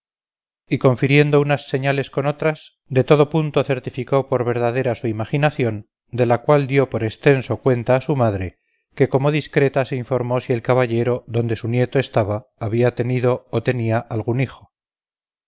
y confiriendo unas señales con otras de todo punto certificó por verdadera su imaginación de la cual dio por estenso cuenta a su madre que como discreta se informó si el caballero donde su nieto estaba había tenido o tenía algún hijo